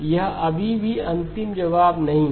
यह अभी भी अंतिम जवाब नहीं है